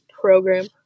program